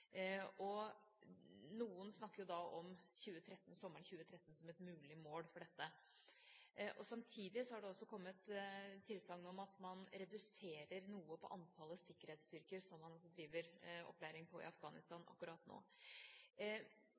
Noen snakker da om sommeren 2013 som et mulig mål for dette. Samtidig har det kommet tilsagn om at man reduserer noe på antallet sikkerhetsstyrker som man driver opplæring av i Afghanistan akkurat nå.